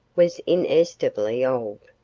was inestimably old.